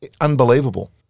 unbelievable